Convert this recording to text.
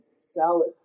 salad